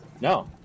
No